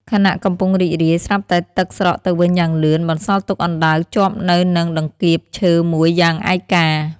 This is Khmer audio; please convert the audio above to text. ខណៈកំពុងរីករាយ ស្រាប់តែទឹកស្រកទៅវិញយ៉ាងលឿន បន្សល់ទុកអណ្ដើកជាប់នៅនឹងតង្កៀបឈើមួយយ៉ាងឯកា។